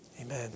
Amen